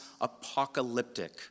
apocalyptic